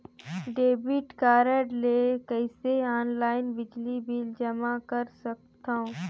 Debit card ले कइसे online बिजली बिल जमा कर सकथव?